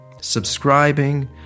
subscribing